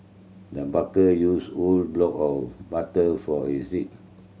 the used a whole block of butter for recipe